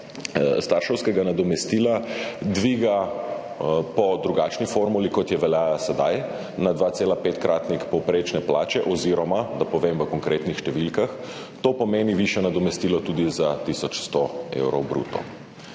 starševskega nadomestila dviga po drugačni formuli, kot je veljala sedaj, na 2,5-kratnik povprečne plače oziroma če povem v konkretnih številkah, to pomeni višje nadomestilo tudi za 1100 evrov bruto.